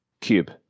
cube